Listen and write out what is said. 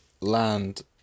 land